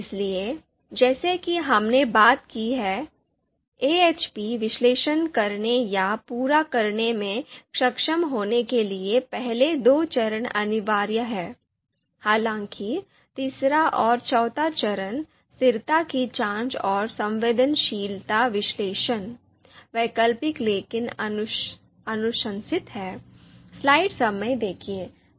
इसलिए जैसा कि हमने बात की है एएचपी विश्लेषण करने या पूरा करने में सक्षम होने के लिए पहले दो चरण अनिवार्य हैं हालांकि तीसरा और चौथा चरण स्थिरता की जांच और संवेदनशीलता विश्लेषण वैकल्पिक लेकिन अनुशंसित हैं